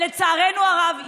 לצערנו הרב,